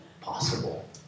possible